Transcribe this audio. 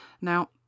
Now